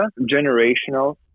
generational